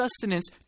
sustenance